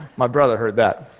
my brother heard that.